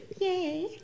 Yay